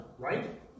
Right